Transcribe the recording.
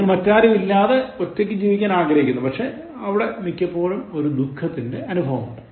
നിങ്ങൾ മറ്റാരും ഇല്ലാതെ ഒറ്റക്ക് ജീവിക്കാൻ ആഗ്രഹിക്കുന്നു പക്ഷെ ഇവിടെ മിക്കപ്പോഴും ഒരു ദുഃഖത്തിന്റെ അനുഭവമുണ്ട്